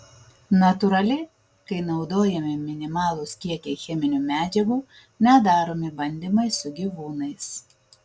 natūrali kai naudojami minimalūs kiekiai cheminių medžiagų nedaromi bandymai su gyvūnais